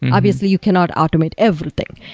obviously you cannot automate everything.